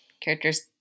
characters